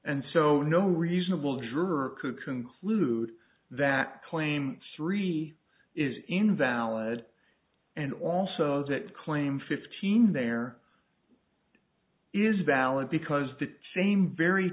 and so no reasonable juror could conclude that claim three is invalid and also that claim fifteen there is valid because the same very